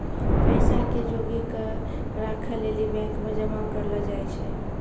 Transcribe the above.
पैसा के जोगी क राखै लेली बैंक मे जमा करलो जाय छै